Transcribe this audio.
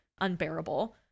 unbearable